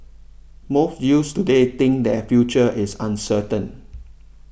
most youths today think that their future is uncertain